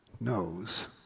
knows